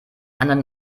anderen